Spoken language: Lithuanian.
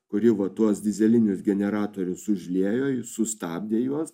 kuri va tuos dyzelinius generatorius užliejo sustabdė juos